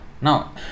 Now